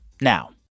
now